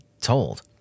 told